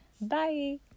Bye